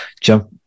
jump